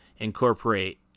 incorporate